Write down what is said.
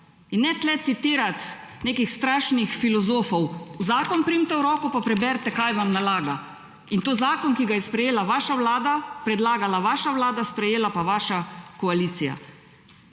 In ne tukaj citirati nekih strašnih filozofov. Zakon primite v roko pa preberite kaj vam nalaga in to zakon, ki ga je sprejela vaša Vlada, predlagala vaša Vlada, sprejela pa vaša koalicija.